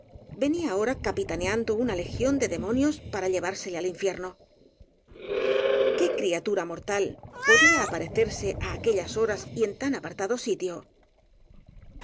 venía ahora capitaneando una legión de de monios para llevársele al infierno qué criatura mortal podía aparecerse á aquellas horas y en tan apartado sitio